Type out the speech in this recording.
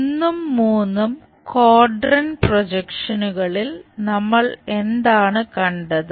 ഒന്നും മൂന്നും ക്വാഡ്രന്റ് പ്രൊജക്ഷനുകളിൽ നമ്മൾ എന്താണ് കണ്ടത്